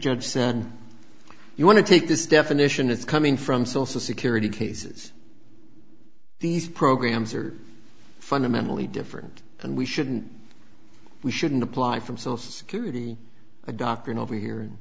judge said you want to take this definition it's coming from social security cases these programs are fundamentally different and we shouldn't we shouldn't apply from social security a doctor and over here a